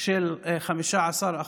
של 15%,